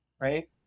right